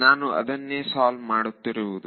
ನಾನು ಅದನ್ನೇ ಸಾಲ್ವ್ ಮಾಡುತ್ತಿರುವುದು